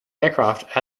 aircraft